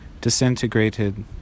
disintegrated